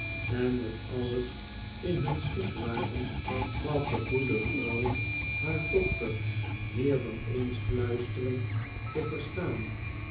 en met alles in huh schik waren gaf de goede vrouw haar dochter meer dan eens fluisterend te verstaan